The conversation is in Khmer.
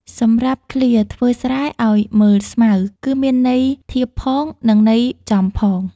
សម្រាបឃ្លា ធ្វើស្រែឲ្យមើលស្មៅ គឺមានន័យធៀបផង និងន័យចំផង។